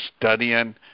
studying